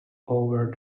over